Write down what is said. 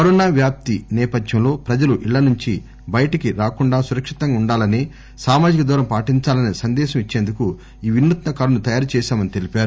corona వ్యాప్తి నేపథ్యంలో ప్రజలు ఇళ్ల నుంచి బయటికిరాకుండా సురక్షితంగా ఉండాలనే సామాజిక దూరం పాటించాలనే సందేశం ఇచ్చేందుకు ఈ వినూత్స కారుని తయారు చేశామని తెలిపారు